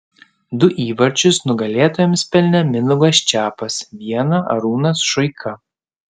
du įvarčius nugalėtojams pelnė mindaugas čepas vieną arūnas šuika